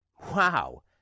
Wow